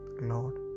lord